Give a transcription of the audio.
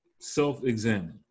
self-examine